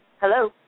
Hello